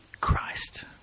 Christ